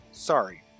Sorry